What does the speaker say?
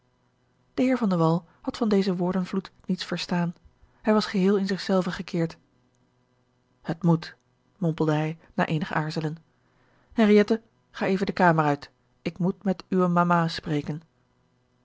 de wall had van dezen woordenvloed niets verstaan hij was geheel in zich zelven gekeerd het moet mompelde hij na eenig aarzelen henriëtte ga even de kamer uit ik moet met uwe mama spreken